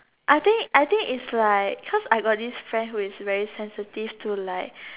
I think I think it's like cause I got this friend who is very sensitive to like